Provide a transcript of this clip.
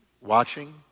watching